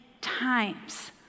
times